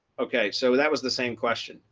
okay, so that was the same question.